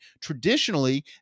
Traditionally